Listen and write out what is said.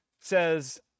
says